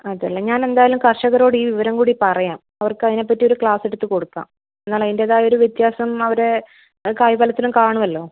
അതേല്ലേ ഞാനെന്തായാലും കർഷകരോട് ഈ വിവരം കൂടി പറയാം അവർക്കതിനെപ്പറ്റി ഒരു ക്ലാസ്സെടുത്ത് കൊടുക്കാം ഇന്നാണേൽ അതിന്റേതായൊരു വ്യത്യാസം അവര് കായ് ഫലത്തിലും കാണുവല്ലോ